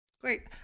Great